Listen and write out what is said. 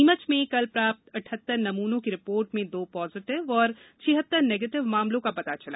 नीमच में कल प्राप्त अठहत्तर नमूनों की रिपोर्ट में दो पॉजिटिव और छियत्तर निगेटिव मामलों का पता चला